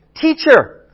Teacher